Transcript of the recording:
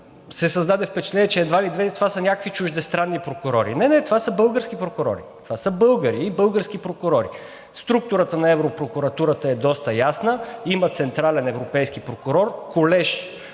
се създаде впечатление, че едва ли не това са някакви чуждестранни прокурори. Не, не, това са български прокурори. Това са българи и български прокурори. Структурата на Европрокуратурата е доста ясна, има централен Европейски прокурор, Колеж,